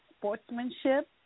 sportsmanship